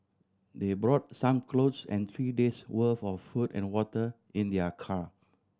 they brought some clothes and three days' worth of food and water in their car